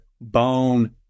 bone